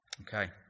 Okay